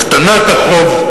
הקטנת החוב,